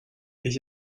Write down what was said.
ich